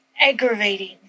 aggravating